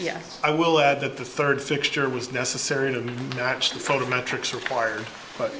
yet i will add that the third fixture was necessary to notch the photo metrics required but